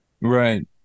Right